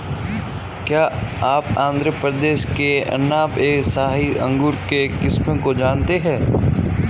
क्या आप आंध्र प्रदेश के अनाब ए शाही अंगूर के किस्म को जानते हैं?